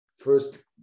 First